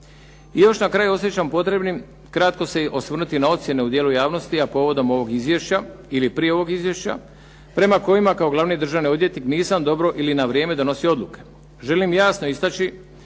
I još na kraju osjećam potrebnim kratko se osvrnuti na ocjene u djelu javnosti, a povodom ovog izvješća ili prije ovog izvješća, prema kojima kao glavni državni odvjetnik nisam dobro ili na vrijeme donosio odluke. Želim jasno istaći